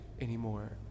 anymore